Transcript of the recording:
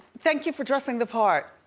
thank you for dressing the part.